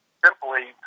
simply